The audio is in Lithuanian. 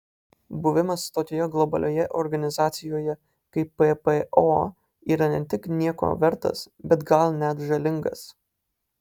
buvimas tokioje globalioje organizacijoje kaip ppo yra ne tik nieko vertas bet gal net žalingas